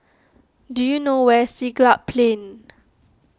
do you know where is Siglap Plain